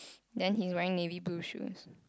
then he's wearing navy blue shoes